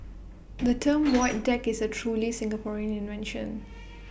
the term void deck is A truly Singaporean invention